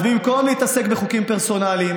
אז במקום להתעסק בחוקים פרסונליים,